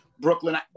Brooklyn